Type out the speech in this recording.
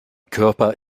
körper